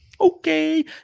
Okay